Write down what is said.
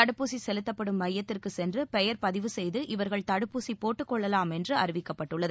தடுப்பூசி செலுத்தப்படும் மையத்திற்கு சென்று பெயர் பதிவு செய்து இவர்கள் தடுப்பூசி போட்டுக்கொள்ளலாம் என்று அறிவிக்கப்பட்டுள்ளது